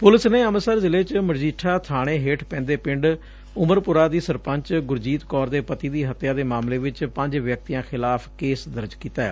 police ਨੇ ਅੰਮੁਿਤਸਰ ਜ਼ਿਲ਼ੇ ਚ ਮਜੀਠਾ ਬਾਣੇ ਹੇਠ ਪੈਦੇ ਪਿੰਡ ਉਮਰਪੁਰਾ ਦੀ ਸਰਪੰਚ ਗੁਰਜੀਤ ਕੌਰ ਦੇ ਪਤੀ ਦੀ ਹੱਤਿਆ ਦੇ ਮਾਮਲੇ ਚ ਪੰਜ ਵਿਅਕਤੀਆਂ ਖਿਲਾਫ਼ ਕੇਸ ਦਰਜ ਕੀਤੈ